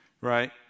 right